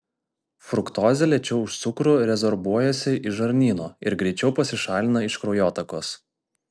fruktozė lėčiau už cukrų rezorbuojasi iš žarnyno ir greičiau pasišalina iš kraujotakos